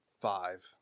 five